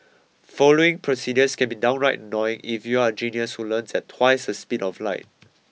following procedures can be downright annoying if you're a genius who learns at twice the speed of light